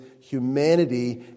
humanity